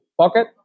pocket